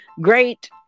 great